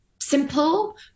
simple